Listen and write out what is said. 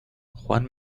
juan